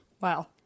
Wow